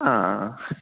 ആ ആ